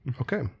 Okay